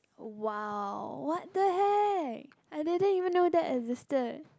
!wow! what the heck I didn't even know that existed